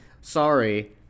sorry